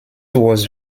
was